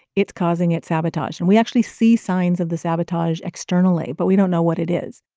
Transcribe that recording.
it's causing it sabotage. and we actually see signs of the sabotage externally, but we don't know what it is.